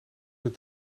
het